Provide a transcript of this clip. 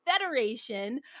Federation